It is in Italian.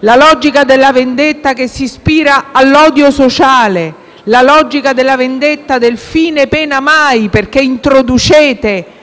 la logica della vendetta che si ispira all'odio sociale, la logica della vendetta del fine pena mai, perché introducete